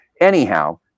Anyhow